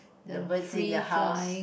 the bird in the house